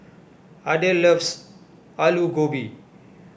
Adel loves Aloo Gobi